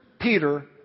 Peter